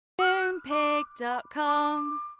Moonpig.com